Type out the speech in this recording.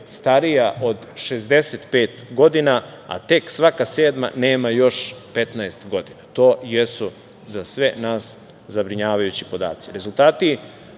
starija od 65 godina, a tek svaka sedma nema još 15 godina. To jesu za sve nas zabrinjavajući podaci. Rezultati